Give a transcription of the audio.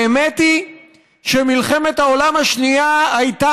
האמת היא שמלחמת העולם השנייה הייתה